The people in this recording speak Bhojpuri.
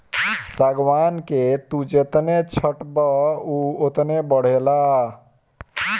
सागवान के तू जेतने छठबअ उ ओतने बढ़ेला